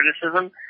criticism